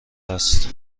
است